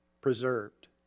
preserved